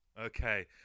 Okay